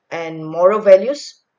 and moral values